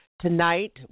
Tonight